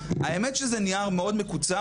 האמת שזה נייר מאוד מקוצר,